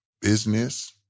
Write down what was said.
business